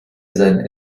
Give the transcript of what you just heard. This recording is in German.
seinen